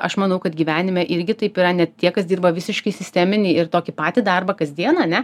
aš manau kad gyvenime irgi taip yra net tie kas dirba visiškai sisteminį ir tokį patį darbą kasdien ane